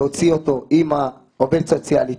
להוציא אותו עם עובדת סוציאלית,